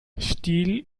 steel